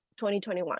2021